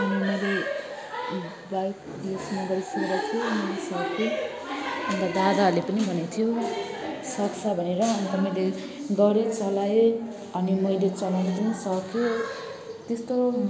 अनि मैले बाइक अन्त दादाहरूले पनि भनेको थियो सक्छ भनेर अन्त मैले गरेँ चलाएँ अनि मैले चलाउन पनि सकेँ त्यस्तो